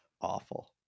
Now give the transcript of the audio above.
Awful